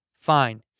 Fine